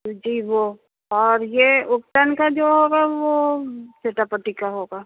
جی وہ اور یہ اگتن کا جو ہوگا وہ سیٹا پٹی کا ہوگا